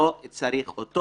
לא צריך אותו.